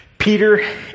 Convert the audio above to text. Peter